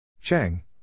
Cheng